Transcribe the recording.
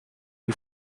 you